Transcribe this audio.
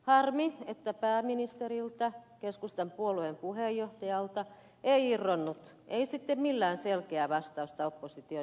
harmi että pääministeriltä keskustapuolueen puheenjohtajalta ei irronnut ei sitten millään selkeää vastausta opposition esittämään kysymykseen